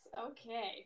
okay